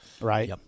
right